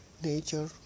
nature